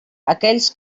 aquells